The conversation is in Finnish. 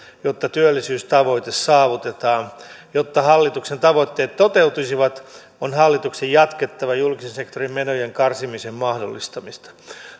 jotta työllisyystavoite saavutetaan jotta hallituksen tavoitteet toteutuisivat on hallituksen jatkettava julkisen sektorin menojen karsimisen mahdollistamista